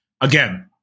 again